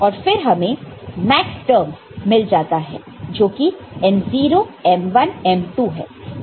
और फिर हमें मैक्सटर्म्स मिल जाता है जो कि M0 M1 M2 है